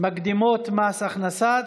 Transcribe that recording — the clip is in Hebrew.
מקדמות מס הכנסה,